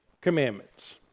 commandments